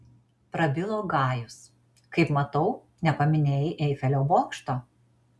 prabilo gajus kaip matau nepaminėjai eifelio bokšto